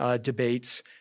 debates